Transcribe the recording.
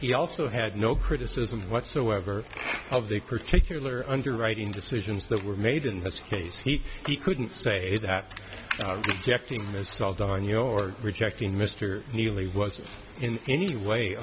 he also had no criticism whatsoever of the particular underwriting decisions that were made in this case he he couldn't say that jakim is solved on your rejecting mr neely was in any way